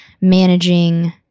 managing